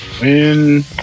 win